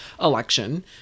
election